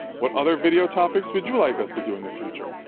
what other video topics would you like us to do in the future?